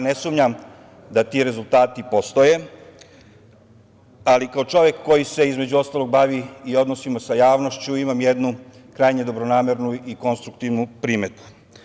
Ne sumnjam da ti rezultati postoje, ali kao čovek koji se između ostalog bavi i odnosima sa javnošću imam jednu krajnje dobronamernu i konstruktivnu primedbu.